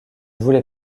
voulais